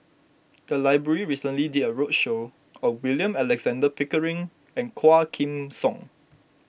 the library recently did a roadshow on William Alexander Pickering and Quah Kim Song